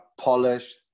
polished